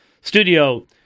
studio